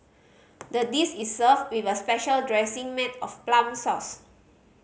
the dish is served with a special dressing made of plum sauce